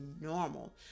normal